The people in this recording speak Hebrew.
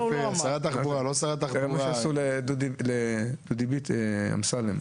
שנקבעה לגביהן בחלק ב' לתוספת הראשונה היא א' עד ג',